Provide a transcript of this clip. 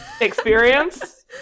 experience